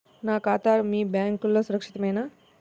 నా ఖాతా మీ బ్యాంక్లో సురక్షితమేనా?